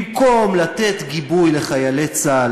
במקום לתת גיבוי לחיילי צה"ל,